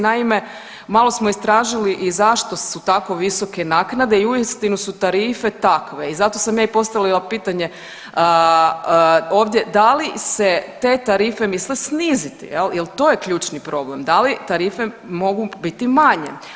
Naime, malo smo istražili i zašto su tako visoke naknade i uistinu su tarife takve i zato sam ja i postavila pitanje ovdje, da li se te tarife misle sniziti jel to je ključni problem, da li tarife mogu biti manje.